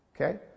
Okay